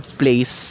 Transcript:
place